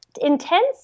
Intense